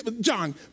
John